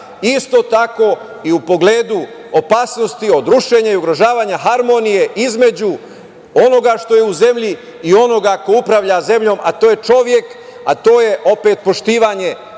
Isto tako, i u pogledu opasnosti od rušenja i ugrožavanja harmonije između onoga što je u zemlji i onoga ko upravlja zemljom, a to je čovek, a to je opet poštovanje